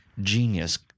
genius